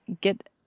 get